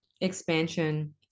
expansion